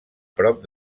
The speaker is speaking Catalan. prop